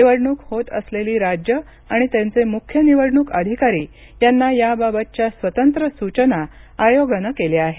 निवडणूक होत असलेली राज्यं आणि त्यांचे मुख्य निवडणूक अधिकारी यांना याबाबतच्या स्वतंत्र सूचना आयोगानं केल्या आहेत